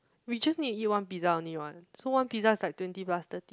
we just need eat one pizza only [what] so one pizza is like twenty plus thirty